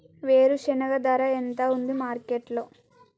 వేరుశెనగ ధర ఎంత ఉంది మార్కెట్ లో?